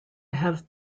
have